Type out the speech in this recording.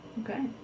Okay